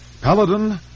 Paladin